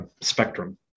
spectrum